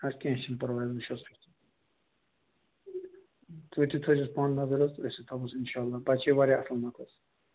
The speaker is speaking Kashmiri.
اَدٕ کیٚنٛہہ چھُنہٕ پرواے وُچھو حظ تُہۍ تہِ تھٲوِزیٚو پانہٕ نَظر حظ أسۍ تہِ تھاوہوس اِنشااللہ بچہِ واریاہ عقل منٛد اوس